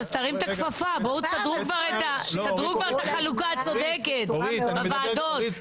אז תסדרו את החלוקה הצודקת בוועדות.